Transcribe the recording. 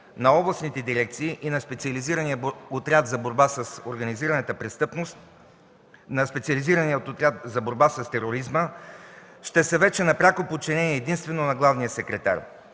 на областните дирекции и на специализирания отряд за борба с тероризма ще са вече на пряко подчинение единствено на главния секретар.